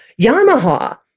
Yamaha